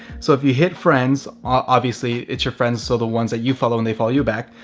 so if you hit friends, obviously it's your friends. so the ones that you follow and they follow you back.